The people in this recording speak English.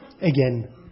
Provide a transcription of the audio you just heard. again